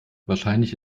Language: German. wahrscheinlich